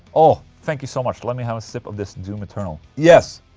oh, thank you so much. let me have a sip of this doom eternal. yes,